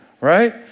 right